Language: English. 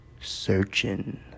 Searching